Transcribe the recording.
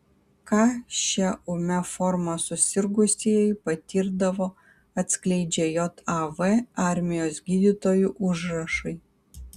ką šia ūmia forma susirgusieji patirdavo atskleidžia jav armijos gydytojų užrašai